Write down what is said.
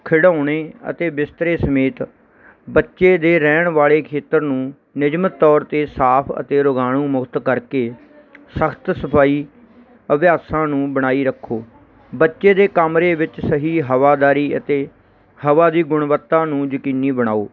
ਖਿਡਾਉਣੇ ਅਤੇ ਬਿਸਤਰੇ ਸਮੇਤ ਬੱਚੇ ਦੇ ਰਹਿਣ ਵਾਲੇ ਖੇਤਰ ਨੂੰ ਨਿਯਮਿਤ ਤੌਰ 'ਤੇ ਸਾਫ ਅਤੇ ਰੋਗਾਣੂ ਮੁਕਤ ਕਰਕੇ ਸਖਤ ਸਫਾਈ ਅਭਿਆਸਾਂ ਨੂੰ ਬਣਾਈ ਰੱਖੋ ਬੱਚੇ ਦੇ ਕਮਰੇ ਵਿੱਚ ਸਹੀ ਹਵਾਦਾਰੀ ਅਤੇ ਹਵਾ ਦੀ ਗੁਣਵੱਤਾ ਨੂੰ ਯਕੀਨੀ ਬਣਾਓ